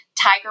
tiger